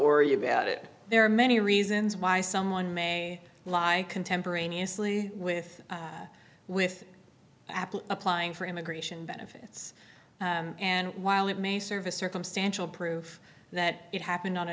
worry about it there are many reasons why someone may lie contemporaneously with with apple applying for immigration benefits and while it may serve a circumstantial proof that it happened on a